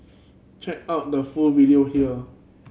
check out the full video here